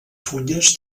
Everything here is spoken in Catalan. fulles